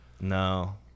No